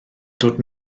dod